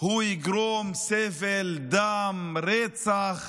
יגרום סבל, דם, רצח